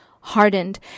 hardened